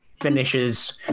Finishes